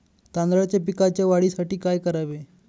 तांदळाच्या पिकाच्या वाढीसाठी काय करावे?